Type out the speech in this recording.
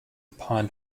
upon